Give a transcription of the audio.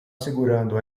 segurando